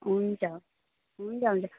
हुन्छ हुन्छ हुन्छ